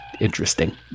interesting